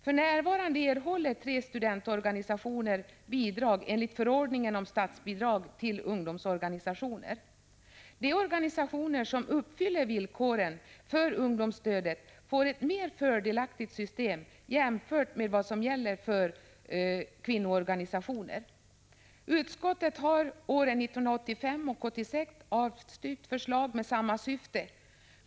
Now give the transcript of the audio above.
För närvarande erhåller tre studentorganisationer bidrag enligt förordningen om statsbidrag till ungdomsorganisationer. De organisationer som uppfyller villkoren för ungdomsstödet får ett mera fördelaktigt system än kvinnoorganisationerna. Utskottet har åren 1985 och 1986 avstyrkt förslag med samma syfte.